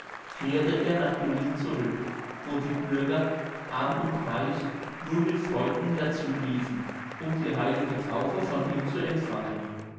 kehrte er nach julin zurück wo die bürger arm und reich nun mit freuden herzuliefen um die heilige taufe von ihm zu empfangen